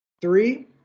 Three